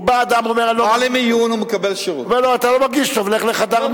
בא אדם, אומר: אני לא מרגיש טוב, אם הוא בא למיון